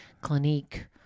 clinique